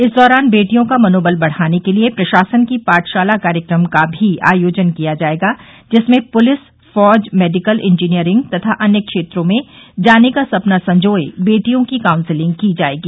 इस दौरान बेटियों का मनोबल बढ़ाने के लिये प्रशासन की पाठशाला कार्यक्रम का भी आयोजन किया जायेगा जिसमें पुलिस फौज मेडिकल इंजीनियरिंग तथा अन्य क्षेत्रों में जाने का सपना संजोए बेटियों की काउंसलिंग की जायेगी